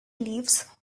lives